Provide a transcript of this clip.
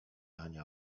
ania